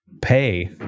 pay